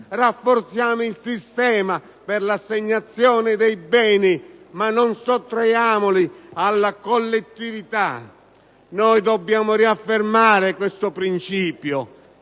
Rafforziamo il sistema per l'assegnazione dei beni, ma non sottraiamoli alla collettività! Dobbiamo riaffermare questo principio.